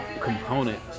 component